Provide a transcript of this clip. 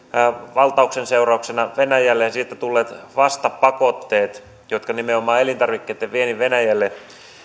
valtauksen seurauksena venäjälle ja siitä tulleet vastapakotteet jotka nimenomaan elintarvikkeitten viennin venäjälle